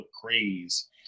craze